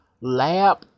Lab